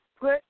put